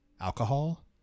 alcohol